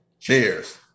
Cheers